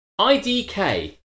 IDK